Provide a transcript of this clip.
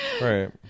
Right